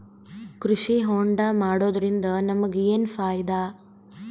ಕೃಷಿ ಹೋಂಡಾ ಮಾಡೋದ್ರಿಂದ ನಮಗ ಏನ್ ಫಾಯಿದಾ?